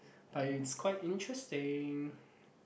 but it's quite interesting